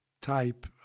type